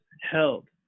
held